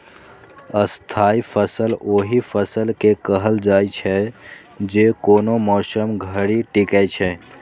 स्थायी फसल ओहि फसल के कहल जाइ छै, जे कोनो मौसम धरि टिकै छै